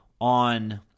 on